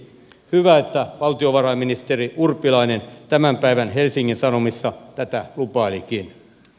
hyvä että valtiovarainministeri urpilainen tämän päivän helsingin sanomissa tätä lupailikin